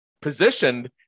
positioned